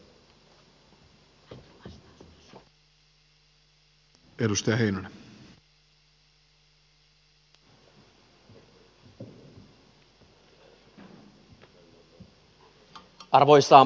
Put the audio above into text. arvoisa puhemies